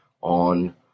on